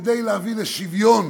כדי להביא לשוויון